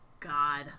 God